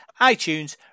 iTunes